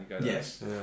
Yes